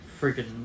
freaking